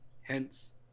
Hence